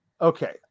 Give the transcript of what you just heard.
Okay